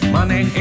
Money